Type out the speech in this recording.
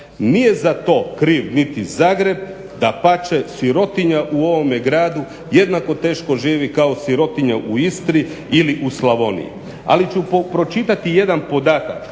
Nije za to kriv niti Zagreb, dapače sirotinja u ovome gradu jednako teško živi kao sirotinja u Istri ili u Slavoniji. Ali ću pročitati jedan podatak